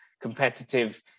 competitive